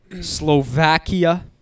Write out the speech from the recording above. Slovakia